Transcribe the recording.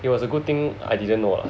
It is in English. it was a good thing I didn't know ah